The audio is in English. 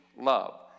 love